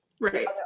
Right